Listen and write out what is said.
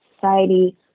society